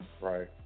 right